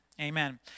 Amen